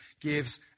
gives